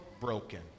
broken